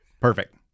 Perfect